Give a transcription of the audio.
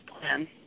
plan